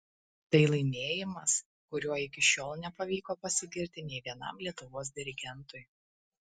tai laimėjimas kuriuo iki šiol nepavyko pasigirti nei vienam lietuvos dirigentui